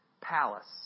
palace